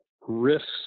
risks